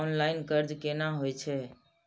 Online कर्ज केना होई छै?